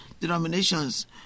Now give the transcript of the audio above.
Denominations